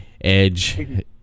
Edge